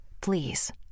Please